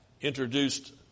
introduced